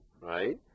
right